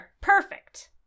Perfect